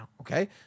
okay